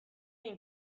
این